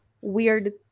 weird